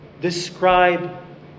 describe